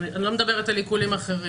ואני לא מדברת על עיקולים אחרים,